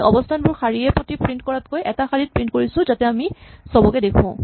আমি অৱস্হানবোৰ শাৰীয়ে প্ৰতি প্ৰিন্ট কৰাতকৈ এটা শাৰীত প্ৰিন্ট কৰিছো যাতে আমি চবকে দেখো